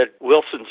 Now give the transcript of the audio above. Wilson's